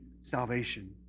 salvation